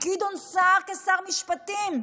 גדעון סער, כשר משפטים,